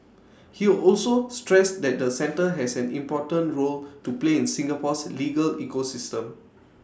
he also stressed that the centre has an important role to play in Singapore's legal ecosystem